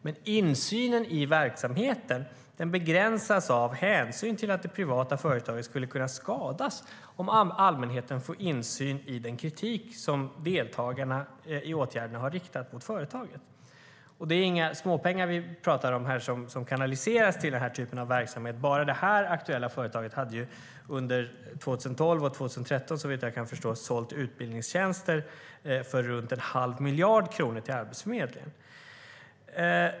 Men insynen i verksamheten begränsas av hänsyn till att de privata företagen skulle skadas om allmänheten får insyn i den kritik som deltagarna i åtgärderna har riktat mot företagen. Det är inga småpengar vi talar om här som kanaliseras till den typen av verksamhet. Bara det här aktuella företaget hade under 2012 och 2013 sålt utbildningstjänster för runt 1⁄2 miljard kronor till Arbetsförmedlingen.